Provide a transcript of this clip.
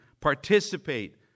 participate